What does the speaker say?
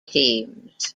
teams